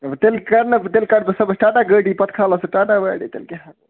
وۅں تیٚلہِ کَرٕ نہٕ بہٕ تیٚلہِ کَرٕ بہٕ صُبحس ٹَٹا گٲڑی پَتہٕ کھالَس سُہ ٹَٹا گاڑٕے تیٚلہِ کیٛاہ